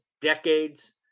decades